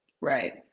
Right